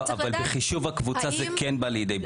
לא, אבל בחישוב הקבוצה זה כן בא לידי ביטוי.